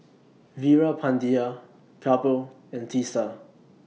Veerapandiya Kapil and Teesta